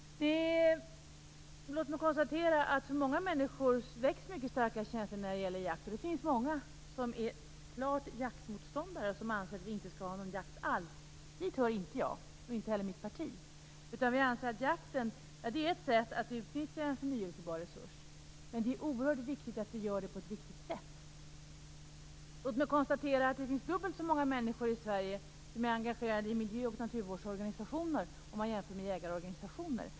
Låt mig konstatera att jakten väcker mycket starka känslor hos många människor. Många är klara jaktmotståndare och anser att vi inte skall ha någon jakt alls. Dit hör inte jag och inte heller mitt parti. Vi anser att jakten är ett sätt att utnyttja en förnybar resurs. Men det är oerhört viktigt att vi gör det på ett riktigt sätt. Låt mig konstatera att det är dubbelt så många människor i Sverige som är engagerade i miljö och naturvårdsorganisationer som i jägarorganisationer.